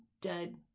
dead